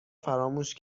فراموش